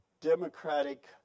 democratic